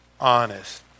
Honest